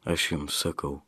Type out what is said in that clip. aš jums sakau